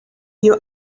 you